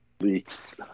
leaks